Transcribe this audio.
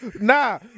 Nah